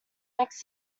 next